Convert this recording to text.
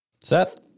Seth